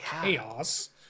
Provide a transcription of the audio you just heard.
Chaos